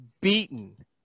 beaten